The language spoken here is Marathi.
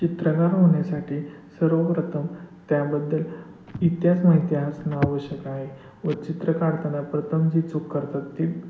चित्रकार होण्यासाठी सर्वप्रथम त्याबद्दल इतिहास माहिती असणं आवश्यक आहे व चित्र काढताना प्रथम जी चूक करतात ती